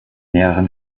mehreren